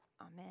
Amen